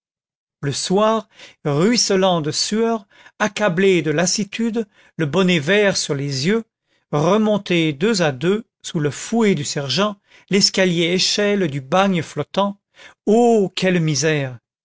le soir ruisselant de sueur accablé de lassitude le bonnet vert sur les yeux remonter deux à deux sous le fouet du sergent lescalier échelle du bagne flottant oh quelle misère